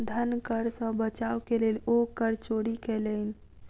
धन कर सॅ बचाव के लेल ओ कर चोरी कयलैन